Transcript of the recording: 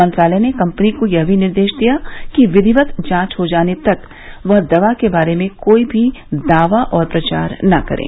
मंत्रालय ने कम्पनी को यह भी निर्देश दिया है कि विधिवत जांच हो जाने तक वह दवा के बारे में कोई भी दावा और प्रचार न करे